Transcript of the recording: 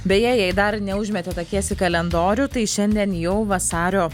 beje jei dar neužmetėt akies į kalendorių tai šiandien jau vasario